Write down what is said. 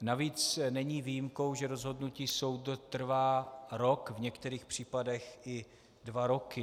Navíc není výjimkou, že rozhodnutí soudu trvá rok, v některých případech i dva roky.